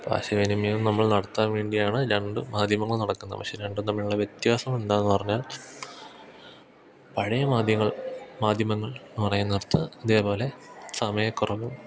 ആശയവിനിമയം നമ്മൾ നടത്താൻ വേണ്ടിയാണ് രണ്ട് മാധ്യമങ്ങൾ നടക്കുന്നത് പക്ഷേ രണ്ടും തമ്മിലുള്ള വ്യത്യാസം എന്താണെന്നു പറഞ്ഞാൽ പഴയ മാധ്യങ്ങൾ മാധ്യമങ്ങളെന്നു പറയുന്നിടത്ത് ഇതേപോലെ സമയക്കുറവും